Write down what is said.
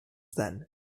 then